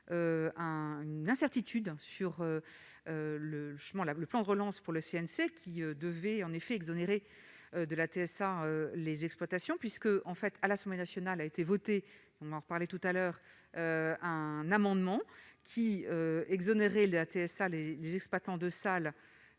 une incertitude sur le chemin, le plan de relance pour le CNC, qui devait en effet de la TSA les exploitations puisque, en fait, à l'Assemblée nationale a été votée, je ne m'en reparler tout à l'heure, un amendement qui exonéré la TSA les les exploitants de salles